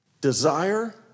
Desire